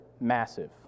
massive